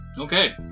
Okay